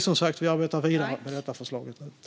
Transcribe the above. Som sagt: Vi arbetar nu vidare med det här förslaget.